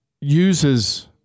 uses